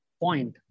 point